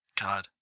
god